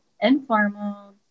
informal